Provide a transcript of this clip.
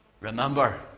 remember